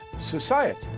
society